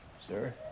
Sir